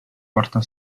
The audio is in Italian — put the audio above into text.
quarta